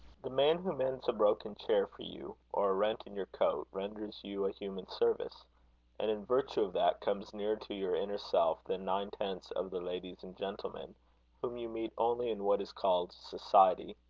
the man who mends a broken chair for you, or a rent in your coat, renders you a human service and, in virtue of that, comes nearer to your inner self, than nine-tenths of the ladies and gentlemen whom you meet only in what is called society,